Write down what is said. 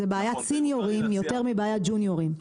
זו בעיית סניורים יותר מבעיית ג'וניורים.